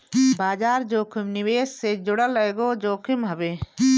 बाजार जोखिम निवेश से जुड़ल एगो जोखिम हवे